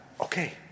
okay